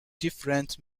different